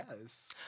Yes